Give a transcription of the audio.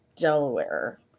delaware